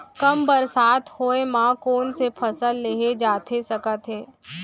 कम बरसात होए मा कौन से फसल लेहे जाथे सकत हे?